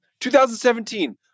2017